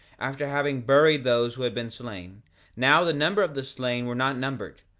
after having buried those who had been slain now the number of the slain were not numbered,